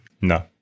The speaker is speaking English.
No